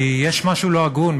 כי יש משהו לא הגון,